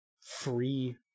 free